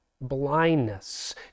blindness